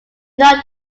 not